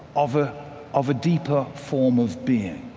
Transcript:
of ah of a deeper form of being,